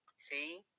See